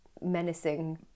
menacing